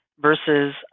versus